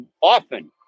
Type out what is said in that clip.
often